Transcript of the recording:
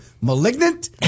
Malignant